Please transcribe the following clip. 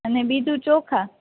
અને બીજું ચોખા